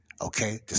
Okay